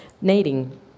needing